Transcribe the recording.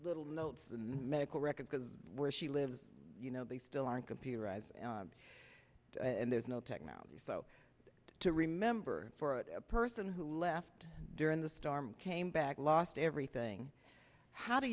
little notes and medical records where she lives you know they still aren't computerized and there's no technology so to remember for a person who left during the storm came back lost everything how do